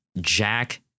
jack